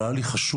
והיה לי חשוב.